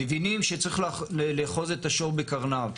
מבינים שצריך לאחוז את השור בקרניו.